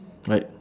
right